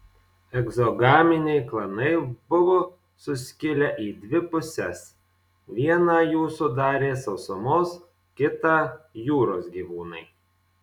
egzogaminiai klanai buvo suskilę į dvi puses vieną jų sudarė sausumos kitą jūros gyvūnai